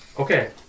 Okay